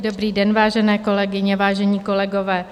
Dobrý den, vážené kolegyně, vážení kolegové.